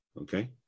Okay